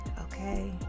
Okay